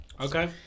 Okay